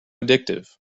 addictive